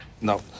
No